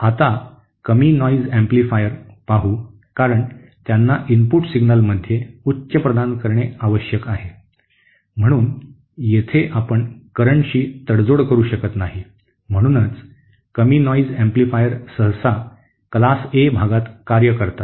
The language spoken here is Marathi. आता कमी नॉईज अँप्लिफायर पाहू कारण त्यांना इनपुट सिग्नलमध्ये उच्च प्रदान करणे आवश्यक आहे म्हणून येथे आपण करन्टशी तडजोड करू शकत नाही म्हणूनच कमी नॉईज अँप्लिफायर सहसा क्लास ए भागात कार्य करतात